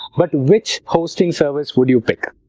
but which hosting service would you pick?